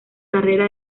carrera